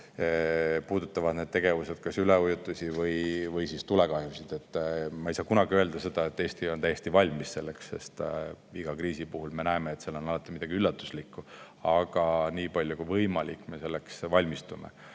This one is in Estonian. puudutavad need tegevused üleujutusi või tulekahjusid. Ma ei saa kunagi öelda, et Eesti on [kriisiks] täiesti valmis, sest iga kriisi puhul me näeme, et seal on alati midagi üllatuslikku. Aga nii palju kui võimalik me selleks valmistume